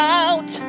out